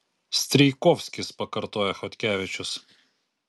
strijkovskis pakartoja chodkevičius